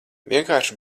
vienkārši